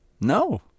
No